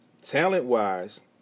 talent-wise